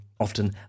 often